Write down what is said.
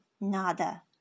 nada